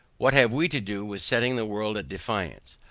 what have we to do with setting the world at defiance?